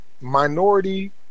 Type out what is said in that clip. minority